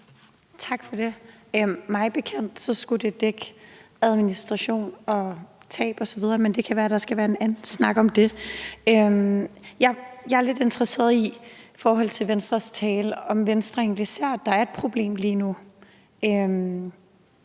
Tak for det. Mig bekendt skulle det dække administration og tab osv., men det kan være, at der skal være en anden snak om det. Jeg er i forhold til Venstres tale lidt interesseret i, om Venstre egentlig ser, at der lige nu